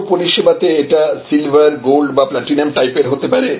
কোন পরিষেবাতে এটা সিলভার গোল্ড বা প্লাটিনাম টাইপের হতে পারে